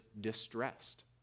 distressed